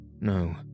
no